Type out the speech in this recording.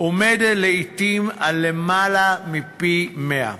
עומד לעתים על למעלה מפי-100.